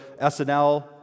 SNL